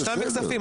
ושניים בכספים,